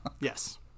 Yes